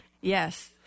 Yes